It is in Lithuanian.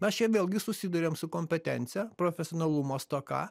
mes čia vėlgi susiduriam su kompetencija profesionalumo stoka